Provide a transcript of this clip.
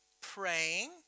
praying